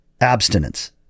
abstinence